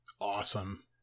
awesome